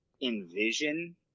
envision